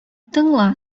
тыңла